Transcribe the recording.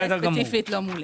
זה ספציפית לא מולי.